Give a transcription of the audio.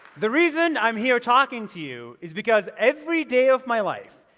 the reason i'm here talking to you is because every day of my life,